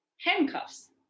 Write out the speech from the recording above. handcuffs